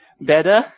better